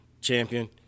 champion